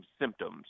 symptoms